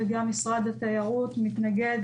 וגם משרד התיירות מתנגד